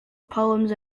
poems